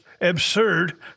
absurd